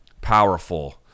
powerful